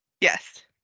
Yes